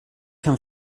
can